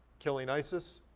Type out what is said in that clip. killing isis,